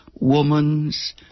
Woman's